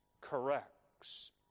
corrects